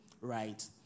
right